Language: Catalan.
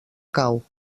cau